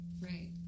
right